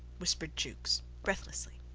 whispered jukes, breathlessly.